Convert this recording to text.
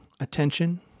attention